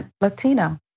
Latino